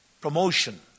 promotion